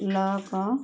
lock